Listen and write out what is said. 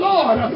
Lord